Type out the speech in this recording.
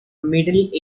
middle